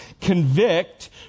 Convict